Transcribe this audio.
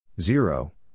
Zero